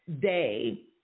day